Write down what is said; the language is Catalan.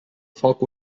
foc